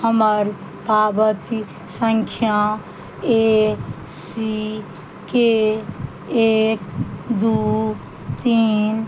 हमर पावती सँख्या ए सी के एक दुइ तीन